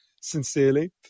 sincerely